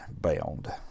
bound